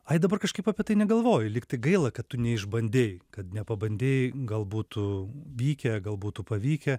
ai dabar kažkaip apie tai negalvoju lyg tai gaila kad tu neišbandei kad nepabandei gal būtų vykę gal būtų pavykę